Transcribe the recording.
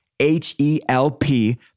H-E-L-P